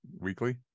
weekly